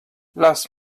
lass